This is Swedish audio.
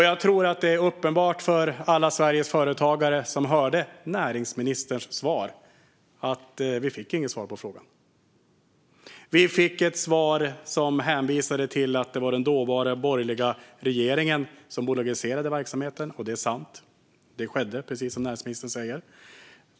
Jag tror att det är uppenbart för alla Sveriges företagare som hörde näringsministerns interpellationssvar att vi inte fick något svar på den frågan. Vi fick i stället ett svar som hänvisade till att det var den dåvarande borgerliga regeringen som bolagiserade verksamheten. Det är sant. Det skedde, precis som näringsministern säger.